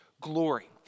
glory